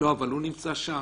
לא, אבל הוא נמצא שם.